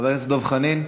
חבר הכנסת דב חנין,